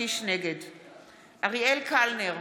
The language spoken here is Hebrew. אריאל קלנר,